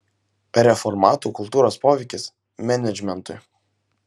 reformatų kultūros poveikis menedžmentui